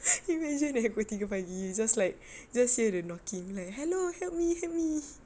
imagine that pukul tiga pagi it's just like just hear the knocking leh hello help me help me